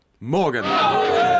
Morgan